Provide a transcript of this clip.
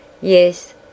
Yes